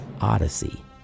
odyssey